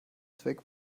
zweck